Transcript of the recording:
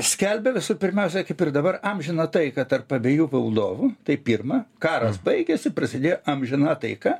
skelbia visų pirmiausia kaip ir dabar amžiną taiką tarp abiejų valdovų tai pirma karas baigėsi prasidėjo amžina taika